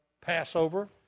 Passover